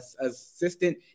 assistant